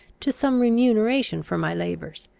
to some remuneration for my labours,